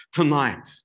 tonight